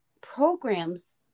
programs